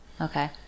okay